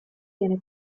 viene